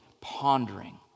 pondering